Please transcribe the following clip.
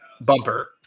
bumper